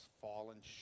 fallen